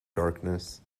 darkness